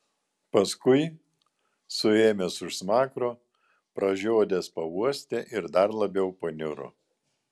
paskui suėmęs už smakro pražiodęs pauostė ir dar labiau paniuro